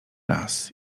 raz